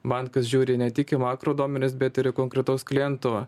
bankas žiūri ne tik į makro duomenis bet ir į konkretaus kliento